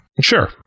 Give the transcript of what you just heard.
Sure